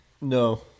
No